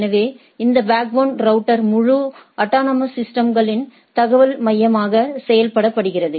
எனவே இந்த backbone router முழு அட்டானமஸ் சிஸ்டம்களின் தகவல் மையமாக செயல்படுகிறது